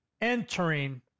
entering